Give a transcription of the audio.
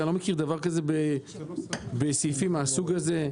אני לא מכיר דבר כזה בסעיפים מהסוג הזה.